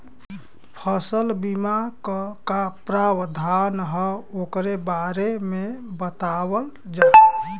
फसल बीमा क का प्रावधान हैं वोकरे बारे में बतावल जा?